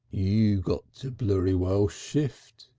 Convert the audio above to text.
you got to blurry well shift,